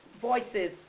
voices